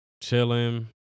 chilling